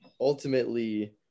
ultimately